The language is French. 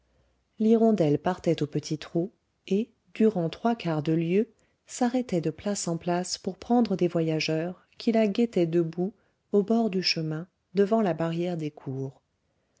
l'hirondelle partait au petit trot et durant trois quarts de lieue s'arrêtait de place en place pour prendre des voyageurs qui la guettaient debout au bord du chemin devant la barrière des cours